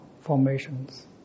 formations